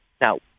Now